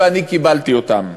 ואני קיבלתי אותם.